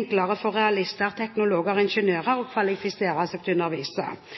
enklere for realister, teknologer og ingeniører å kvalifisere seg